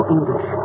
English